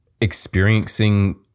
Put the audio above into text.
experiencing